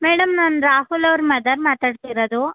madam ನಾನು ರಾಹುಲ್ ಅವರ mother ಮಾತಾಡ್ತಿರೋದು